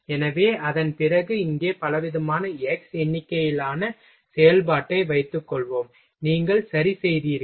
எனவே அதன்பிறகு இங்கே பலவிதமான x எண்ணிக்கையிலான செயல்பாட்டை வைத்துக்கொள்வோம் நீங்கள் சரி செய்தீர்கள்